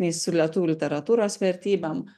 nei su lietuvių literatūros vertybėm